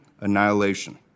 annihilation